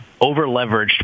over-leveraged